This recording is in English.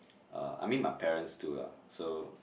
uh I mean my parents too lah so